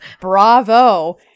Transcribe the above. bravo